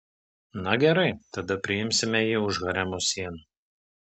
na gerai tada priimsime jį už haremo sienų